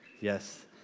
Yes